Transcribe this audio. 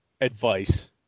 advice